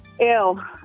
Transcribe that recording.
Ew